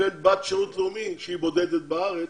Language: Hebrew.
לבין בת שירות לאומי שהיא בודדה בארץ